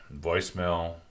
voicemail